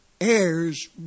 heirs